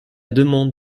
demande